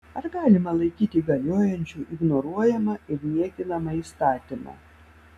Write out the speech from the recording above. ar galima laikyti galiojančiu ignoruojamą ir niekinamą įstatymą